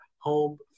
home